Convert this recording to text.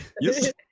Yes